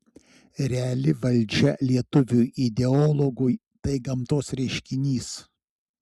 reali valdžia lietuviui ideologui tai gamtos reiškinys